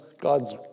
God's